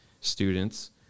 students